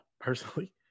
personally